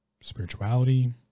spirituality